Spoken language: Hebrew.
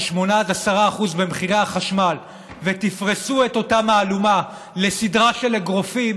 8% עד 10% במחירי החשמל ותפרסו את אותה מהלומה לסדרה של אגרופים,